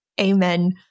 Amen